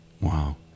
wow